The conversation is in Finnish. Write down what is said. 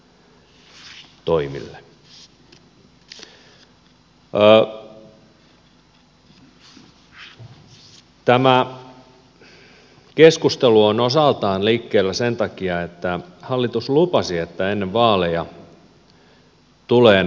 tämä keskustelu on osaltaan liikkeellä sen takia että hallitus lupasi että ennen vaaleja tulee nämä uudistukset